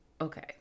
okay